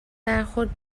برخورد